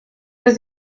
was